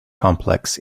complex